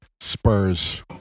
spurs